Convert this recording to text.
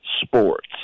sports